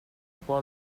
può